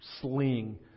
sling